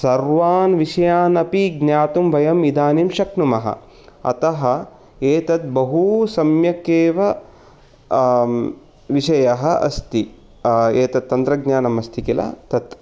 सर्वान् विषयानपि ज्ञातुं वयम् इदानिं शक्नुमः अतः एतद् बहुसम्यक् एव विषयः अस्ति एतत् तन्त्रज्ञानम् अस्ति किल तत्